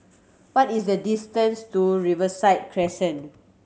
what is the distance to Riverside Crescent